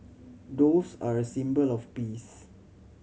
doves are a symbol of peace